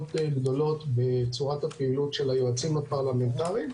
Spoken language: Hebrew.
גדולות בצורת הפעילות של היועצים הפרלמנטריים,